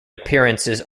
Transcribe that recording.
appearances